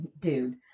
dude